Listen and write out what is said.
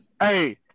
hey